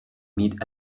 meet